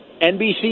nbc